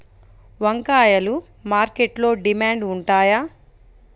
వంకాయలు మార్కెట్లో డిమాండ్ ఉంటాయా?